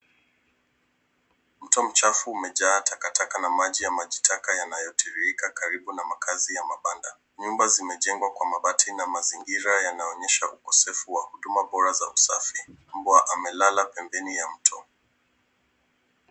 Mto mchafu umejaa takataka na maji taka yanayotiririka karibu na makazi ya mabanda. Nyumba zimejengwa kwa mabati na mazingira yanaonyesha ukosefu wa huduma bora za usafi. Mbwa amelala pembeni ya mto.